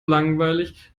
langweilig